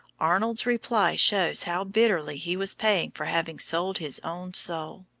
arnold's reply shows how bitterly he was paying for having sold his own soul.